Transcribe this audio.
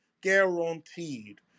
guaranteed